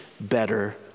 better